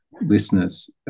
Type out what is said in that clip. listeners